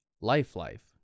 life-life